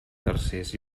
tercers